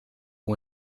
ont